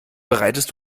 bereitest